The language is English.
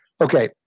Okay